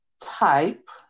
type